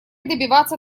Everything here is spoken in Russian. добиваться